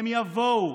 הם יבואו,